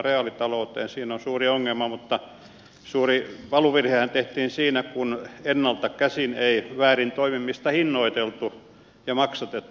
siinä on suuri ongelma mutta suuri valuvirhehän tehtiin siinä kun ennalta käsin ei väärin toimimista hinnoiteltu ja maksatettu